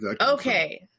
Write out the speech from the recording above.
Okay